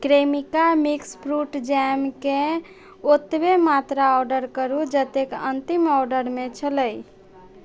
Cremica mix fruit jam केँ ओतबे मात्रा ऑर्डर करू जतेक अन्तिम ऑर्डरमे छलै